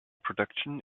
production